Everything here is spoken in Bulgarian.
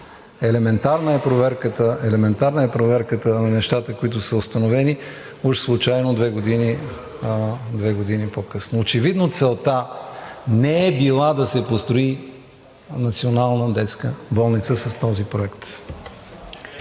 Елементарна е проверката на нещата, които са установени уж случайно две години по-късно. Очевидно целта не е била да се построи Национална детска болница с този проект.